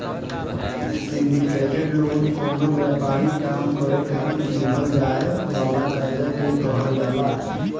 syndicated loan कवनो व्यापारिक काम करे खातिर दीहल जाए वाला कर्जा के कहल जाला